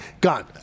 Gone